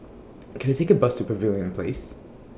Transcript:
Can I Take A Bus to Pavilion Place